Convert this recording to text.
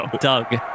Doug